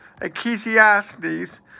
Ecclesiastes